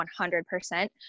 100%